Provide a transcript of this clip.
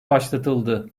başlatıldı